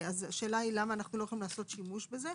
השאלה למה אנחנו לא יכולים לעשות שימוש בזה,